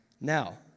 Now